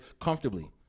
comfortably